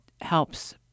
helps